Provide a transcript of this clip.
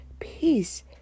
Peace